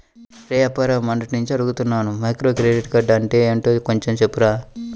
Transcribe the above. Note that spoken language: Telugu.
రేయ్ అప్పారావు, మొన్నట్నుంచి అడుగుతున్నాను మైక్రోక్రెడిట్ అంటే ఏంటో కొంచెం చెప్పురా